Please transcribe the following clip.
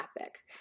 epic